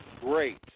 great